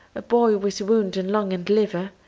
a boy with wound in lung and liver,